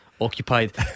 occupied